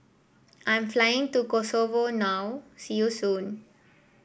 I'm flying to Kosovo now see you soon